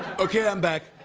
okay, i'm back.